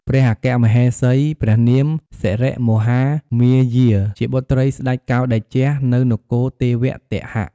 ព្រះអគ្គមហេសីព្រះនាមសិរិមហាមាយា ជាបុត្រីស្តេចកោឌយៈ នៅនគរទេវទហៈ។